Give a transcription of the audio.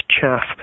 chaff